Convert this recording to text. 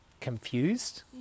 confused